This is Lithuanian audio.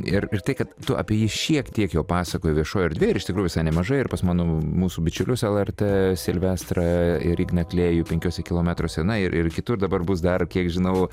ir ir tai kad tu apie jį šiek tiek jo pasakojai viešoje erdvėj tikrųjų nemažai ir pas mano mūsų bičiulius lrt silvestrą ir igną klėjų penkiuose kilometruose na ir ir kitur dabar bus dar kiek žinau